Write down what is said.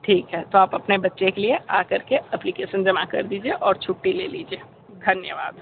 ठीक है तो आप अपने बच्चे के लिए आ कर के अप्लीकेशन जमा कर दीजिए और छुट्टी ले लीजिए धन्यवाद